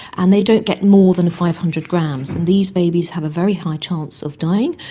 and they don't get more than five hundred grams, and these babies have a very high chance of dying,